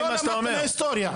אתה לא למדת מההיסטוריה.